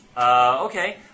Okay